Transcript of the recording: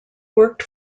worked